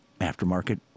aftermarket